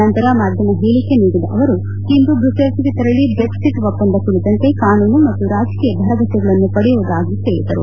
ನಂತರ ಮಾಧ್ಯಮ ಹೇಳಿಕೆ ನೀಡಿದ ಅವರು ಇಂದು ಬ್ರುಸೆಲ್ಸ್ಗೆ ತೆರಳಿ ಬ್ರೆಕ್ಸಿಟ್ ಒಪ್ವಂದ ಕುರಿತಂತೆ ಕಾನೂನು ಮತ್ತು ರಾಜಕೀಯ ಭರವಸೆಗಳನ್ನು ಪಡೆಯುವುದಾಗಿ ಹೇಳಿದರು